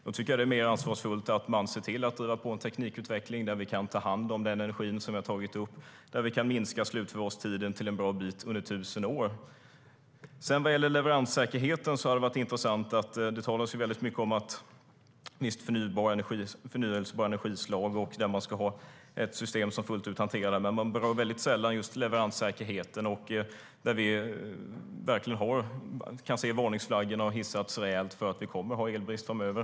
Då tycker jag att det är mer ansvarsfullt att se till att driva på en teknikutveckling där vi kan ta hand om den energi som vi har tagit upp och minska slutförvarstiden till en bra bit under 1 000 år. Vad gäller leveranssäkerheten talas det mycket om förnybara energislag och att man ska ha ett system som fullt ut hanterar detta. Det är intressant. Men man berör sällan just leveranssäkerheten, där vi kan se att varningsflaggorna har hissats rejält för att vi kommer att ha elbrist framöver.